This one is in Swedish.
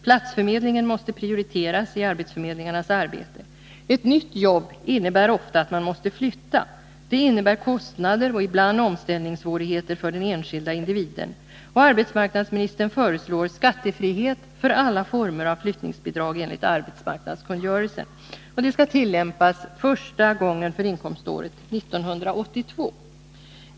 Platsförmedlingen måste prioriteras i arbetsförmedlingarnas arbete. Ett nytt jobb innebär ofta att man måste flytta. Det innebär kostnader och ibland omställningssvårigheter för den enskilda individen. Arbetsmarknadsministern föreslår skattefrihet för alla former av flyttningsbidrag enligt arbetsmarknadskungörelsen. Detta skall tillämpas första gången för inkomståret 1982.